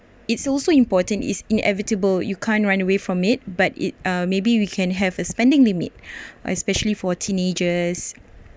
it's also important is inevitable you can't run away from it but it uh maybe we can have a spending limit especially for teenagers